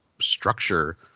structure